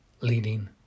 leading